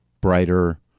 brighter